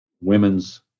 women's